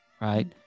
right